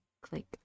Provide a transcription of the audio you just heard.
click